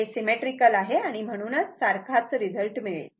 हे सिमेट्रीकल आहे म्हणून सारखाच रिझल्ट मिळेल